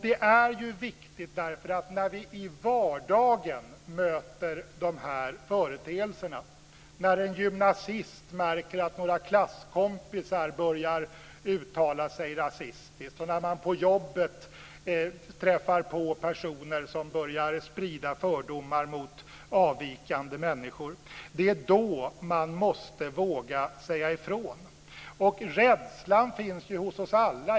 Det är viktigt, därför att det är när vi i vardagen möter de här företeelserna, när en gymnasist märker att klasskompisar börjar uttala sig rasistiskt och när man på jobbet träffar på personer som börjar sprida fördomar mot avvikande människor, som vi måste våga säga ifrån. Rädslan finns hos oss alla.